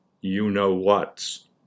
you-know-whats